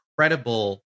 incredible